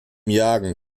jagen